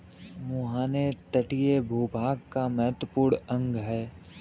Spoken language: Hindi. मुहाने तटीय भूभाग का महत्वपूर्ण अंग है